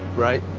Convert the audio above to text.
right?